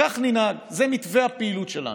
כך ננהג, זה מתווה הפעילות שלנו.